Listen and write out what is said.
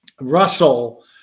russell